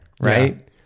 right